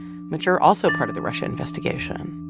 which are also part of the russian investigation.